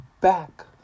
back